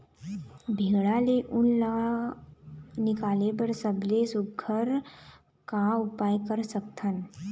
भेड़ा ले उन ला निकाले बर सबले सुघ्घर का उपाय कर सकथन?